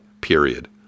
period